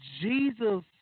Jesus